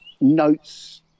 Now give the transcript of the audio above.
notes